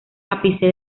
ápice